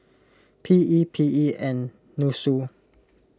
P E P E and Nussu